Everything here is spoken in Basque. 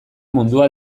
mundua